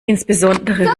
insbesondere